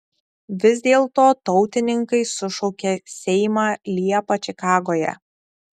vis dėlto tautininkai sušaukė seimą liepą čikagoje